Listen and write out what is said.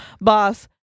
Boss